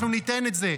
אנחנו ניתן את זה,